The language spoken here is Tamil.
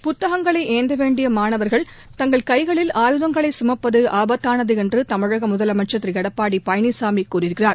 புத்தகங்களை ஏந்த வேண்டிய மாணவர்கள் தங்கள் கைகளில் ஆயுதஙகளை சுமப்பது ஆபத்தானது என்று தமிழக முதல்வர் திரு எடப்பாடி பழனிசாமி கூறியிருக்கிறார்